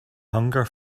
hunger